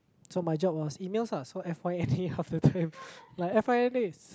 so my job was emails lah so F_Y_N_A all the time like F_Y_N_A is